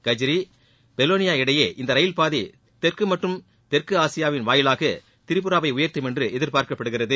கர்ஜி பெலோளியா இடையிலான இந்த ரயில் பாதை தெற்கு மற்றும் தெற்கு ஆசியாவின் வாயிலாக திரிபுராவை உயர்த்தும் என்று எதிர்பார்க்கப்படுகிறது